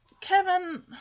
Kevin